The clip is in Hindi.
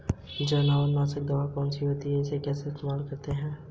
क्या किसी सरकारी योजना से किसान ट्रैक्टर पर छूट पा सकता है?